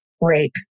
rape